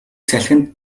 салхинд